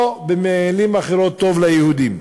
או במילים אחרות: טוב ליהודים.